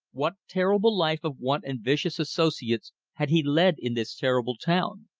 what terrible life of want and vicious associates had he led in this terrible town?